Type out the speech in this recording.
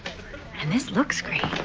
and this looks great.